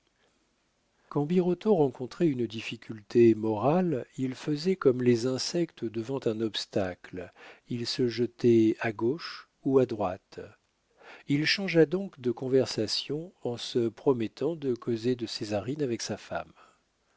quand birotteau rencontrait une difficulté morale il faisait comme les insectes devant un obstacle il se jetait à gauche ou à droite il changea donc de conversation en se promettant de causer de césarine avec sa femme